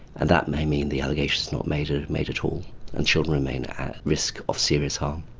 and that may mean the allegation is not made ah made at all and children remain at risk of serious harm.